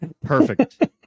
Perfect